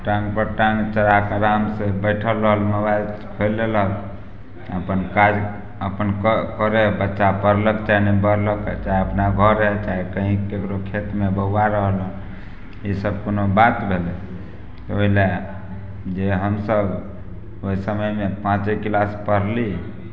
टाँग पर टाँग चढ़ाकऽ आरामसँ बैठल रहल मोबाइल खोलि लेलक अपन काज अपन कऽ करय हइ बच्चा पढ़लक चाहे नहि पढ़लक चाहे अपना घर आयल चाहे कहीं ककरो खेतमे बौआ रहलहँ ई सभ कुनू बात भेलै तऽ ओइ लेल जे हमसभ ओइ समयमे पाँचे क्लास पढ़ली